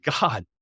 God